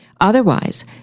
Otherwise